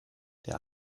der